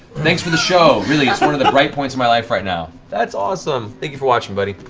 thanks for the show. really, it's one of the the bright points in my life right now. that's awesome! thank you for watching, buddy.